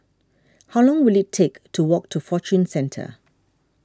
how long will it take to walk to Fortune Centre